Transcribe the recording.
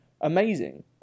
amazing